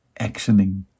actioning